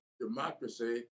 democracy